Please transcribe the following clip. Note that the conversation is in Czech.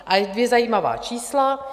A dvě zajímavá čísla.